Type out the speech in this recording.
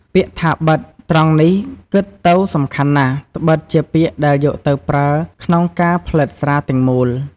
ពាក្យថា «បិត» ត្រង់នេះ គិតទៅសំខាន់ណាស់ ដ្បិតជាពាក្យដែលយកទៅប្រើក្នុងការផលិតស្រាទាំងមូល។